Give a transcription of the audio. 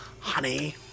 honey